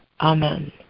Amen